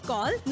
Call